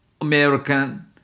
American